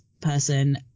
person